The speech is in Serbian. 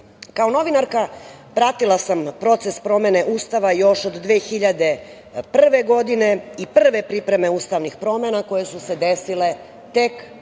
novinarka pratila sam proces promene Ustava još od 2001. godine i prve pripreme ustavnih promena koje su se desile tek